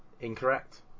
Incorrect